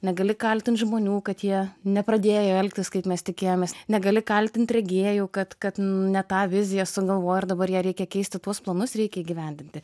negali kaltint žmonių kad jie nepradėjo elgtis kaip mes tikėjomės negali kaltint rengėjų kad kad ne tą viziją sugalvojo ir dabar ją reikia keisti tuos planus reikia įgyvendinti